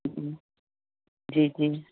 जी जी जी